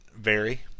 vary